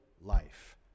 life